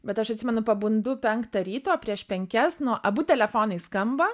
bet aš atsimenu pabundu penktą ryto prieš penkias abu telefonai skamba